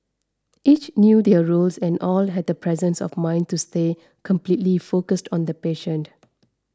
each knew their roles and all had the presence of mind to stay completely focused on the patient